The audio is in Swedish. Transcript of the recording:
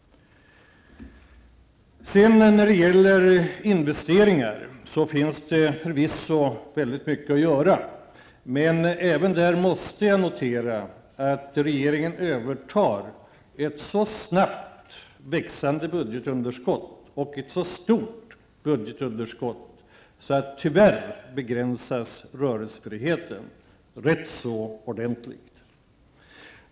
När det gäller investeringar finns det förvisso mycket att göra. Men även där måste jag notera att regeringen övertar ett snabbt växande budgetunderskott och ett stort budgetunderskott, så tyvärr begränsas rörelsefriheten mycket.